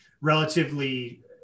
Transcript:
relatively